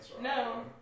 No